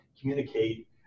communicate